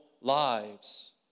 lives